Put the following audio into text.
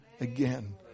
again